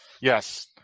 yes